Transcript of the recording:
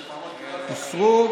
הוסרו.